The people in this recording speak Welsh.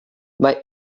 mae